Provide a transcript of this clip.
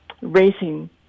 racing